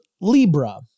Libra